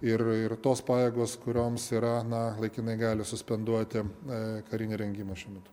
ir ir tos pajėgos kurioms yra na laikinai gali suspenduoti na karinį rengimą šiemet